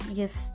yes